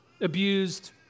abused